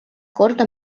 korda